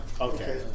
Okay